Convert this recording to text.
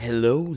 Hello